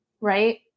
right